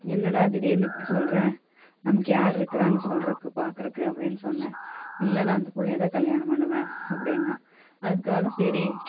என்னடா திடீர்னு இப்படி சொல்கிற நமக்கு யாரு இருக்கிறாங்க சொல்றதுக்கு பார்க்குறக்கு அப்படின்னு சொன்னேன் இல்லை நான் அந்த பிள்ளையதான் கல்யாணம் பண்ணுவேன் அப்படின்னான் அதுக்காக சரி